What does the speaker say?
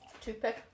toothpick